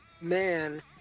man